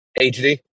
HD